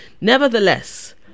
Nevertheless